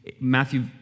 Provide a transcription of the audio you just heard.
Matthew